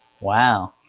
Wow